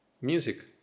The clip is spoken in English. Music